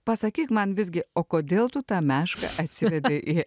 pasakyk man visgi o kodėl tu tą mešką atsivedei į